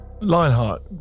Lionheart